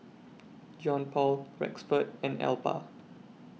Johnpaul Rexford and Elba